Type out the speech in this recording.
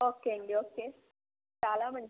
okay అండి okay చాలా మంచిది